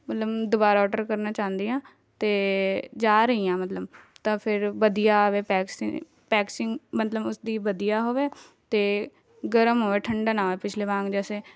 ਮਤਲਬ ਦੁਬਾਰਾ ਔਡਰ ਕਰਨਾ ਚਾਹੁੰਦੀ ਹਾਂ ਅਤੇ ਜਾ ਰਹੀ ਹਾਂ ਮਤਲਬ ਤਾਂ ਫੇਰ ਵਧੀਆ ਆਵੇ ਪੈਕਸੀ ਪੈਕਸਿੰਗ ਮਤਲਬ ਉਸਦੀ ਵਧੀਆ ਹੋਵੇ ਅਤੇ ਗਰਮ ਹੋਵੇ ਠੰਡਾ ਨਾ ਪਿਛਲੇ ਵਾਂਗ ਜੈਸੇ